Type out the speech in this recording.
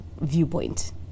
viewpoint